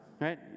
Right